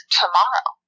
tomorrow